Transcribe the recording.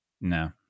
No